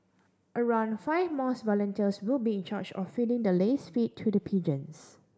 around five mosque volunteers will be in charge of feeding the laced feed to the pigeons